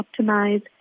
optimize